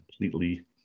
completely